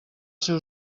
seu